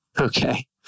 Okay